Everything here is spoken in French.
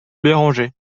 béranger